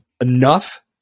enough